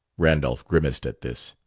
randolph grimaced at this.